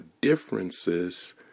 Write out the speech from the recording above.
differences